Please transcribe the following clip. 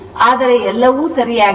ಆದರೆ ಎಲ್ಲವೂ ಸರಿಯಾಗಿದೆ